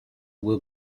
will